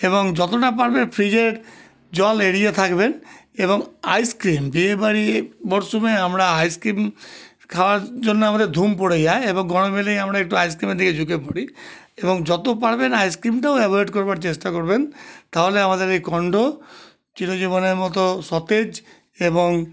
এবং যতটা পারবেন ফ্রিজের জল এড়িয়ে থাকবেন এবং আইসক্রিম বিয়েবাড়ি মরশুমে আমরা আইসক্রিম খাওয়ার জন্য আমাদের ধুম পড়ে যায় এবং গরম এলেই আমরা একটু আইসক্রিমের দিকে ঝুঁকে পড়ি এবং যত পারবেন আইসক্রিমটাও অ্যাভয়েড করবার চেষ্টা করবেন তাহলে আমাদের এই কণ্ঠ চিরজীবনের মতো সতেজ এবং